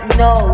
no